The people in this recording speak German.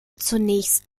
zunächst